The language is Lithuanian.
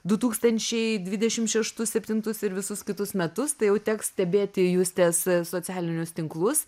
du tūkstančiai dvidešimt šeštus septintus ir visus kitus metus tai jau teks stebėti justės socialinius tinklus